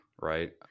Right